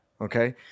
okay